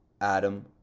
Adam